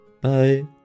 Bye